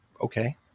Okay